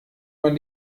man